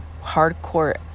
hardcore